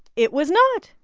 it was not.